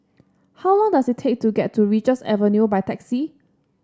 how long does it take to get to Richards Avenue by taxi